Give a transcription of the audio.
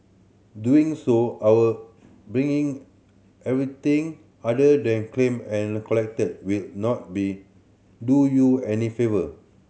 doing so or being everything other than claim and collected will not be do you any favour